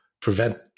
prevent